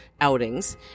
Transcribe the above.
outings